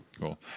Cool